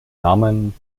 namen